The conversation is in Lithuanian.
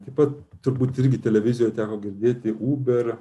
taip pat turbūt irgi televizijoj teko girdėti uber